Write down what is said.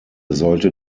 sollte